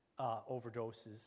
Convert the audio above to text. overdoses